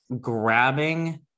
grabbing